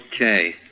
Okay